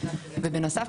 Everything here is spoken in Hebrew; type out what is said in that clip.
בנוסף,